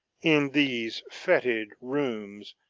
in these fetid rooms,